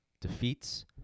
defeats